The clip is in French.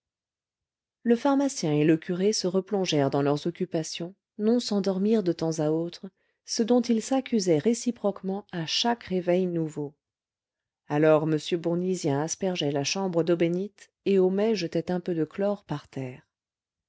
le pharmacien et le curé se replongèrent dans leurs occupations non sans dormir de temps à autre ce dont ils s'accusaient réciproquement à chaque réveil nouveau alors m bournisien aspergeait la chambre d'eau bénite et homais jetait un peu de chlore par terre